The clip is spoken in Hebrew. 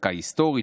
הצדקה היסטורית,